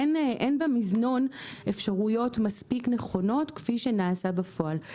אין במזנון אפשרויות מספיק נכונות כפי שנעשה בפועל.